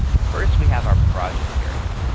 first, we have our project area.